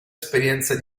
esperienza